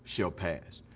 she'll pass.